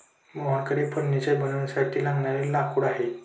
मोहनकडे फर्निचर बनवण्यासाठी लागणारे लाकूड आहे